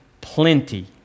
plenty